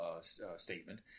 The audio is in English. statement